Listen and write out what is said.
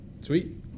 Sweet